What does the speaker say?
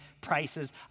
prices